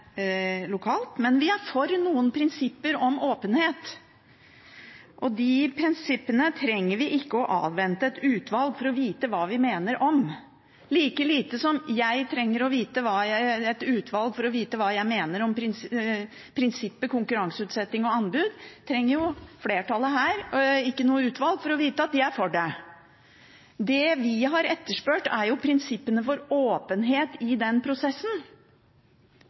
lokalt. Men vi er for noen prinsipper om åpenhet, og de prinsippene trenger vi ikke å avvente et utvalg for å vite hva vi mener om. Like lite som jeg trenger et utvalg for å vite hva jeg mener om prinsippet «konkurranseutsetting/anbud», trenger flertallet her et utvalg for å vite at de er for det. Det vi har etterspurt, er prinsippene for åpenhet i denne prosessen.